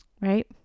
right